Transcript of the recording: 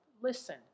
listen